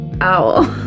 owl